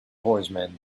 horseman